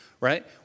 right